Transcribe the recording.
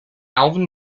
alvin